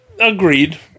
agreed